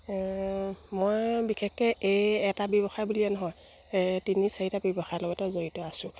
মই বিশেষকে এই এটা ব্যৱসায় বুলিয়ে নহয় তিনি চাৰিটা ব্যৱসায় লগতো জড়িত আছোঁ